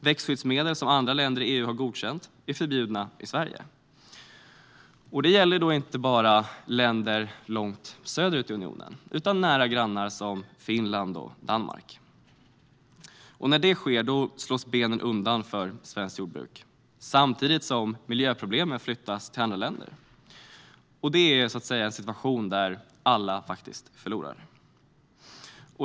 Växtskyddsmedel som andra länder i EU har godkänt är förbjudna i Sverige. Det gäller inte enbart länder långt söderut utan även nära grannar som Finland och Danmark. När det sker slås benen undan för svenskt jordbruk, samtidigt som miljöproblemen flyttas till andra länder. Det är en situation där alla förlorar.